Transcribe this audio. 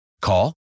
Call